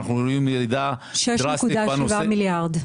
אנו רואים ירידה- -- 6.7 מיליארד.